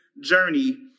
journey